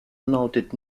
noted